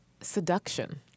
seduction